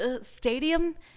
stadium